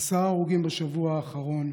עשרה הרוגים בשבוע האחרון.